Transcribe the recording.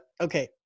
okay